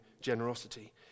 generosity